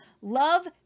love